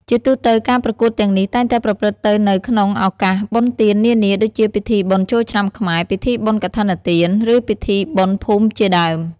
ជាទូទៅ ការប្រកួតទាំងនេះតែងតែប្រព្រឹត្តទៅនៅក្នុងឱកាសបុណ្យទាននានាដូចជាពិធីបុណ្យចូលឆ្នាំខ្មែរ ពិធីបុណ្យកឋិនទាន ឬពិធីបុណ្យភូមិជាដើម។